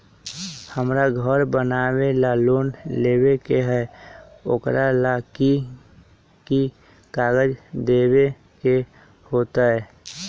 हमरा घर बनाबे ला लोन लेबे के है, ओकरा ला कि कि काग़ज देबे के होयत?